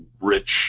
rich